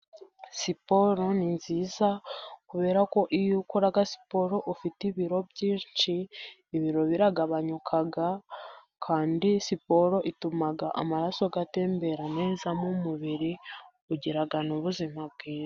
Siporo ni nziza， kubera ko， iyo ukora siporo ufite ibiro byinshi， ibiro biragabanyuka，kandi siporo ituma amaraso atembera neza mu mubiri， ugira n’ubuzima bwiza.